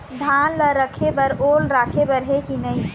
धान ला रखे बर ओल राखे बर हे कि नई?